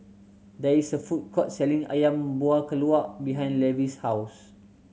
there is a food court selling Ayam Buah Keluak behind Levy's house